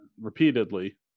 repeatedly